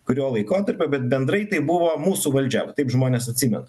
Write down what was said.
kurio laikotarpio bet bendrai tai buvo mūsų valdžia taip žmonės atsimeta